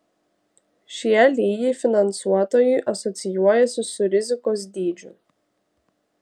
šie lygiai finansuotojui asocijuojasi su rizikos dydžiu